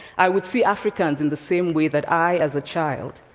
i would see africans in the same way that i, as a child,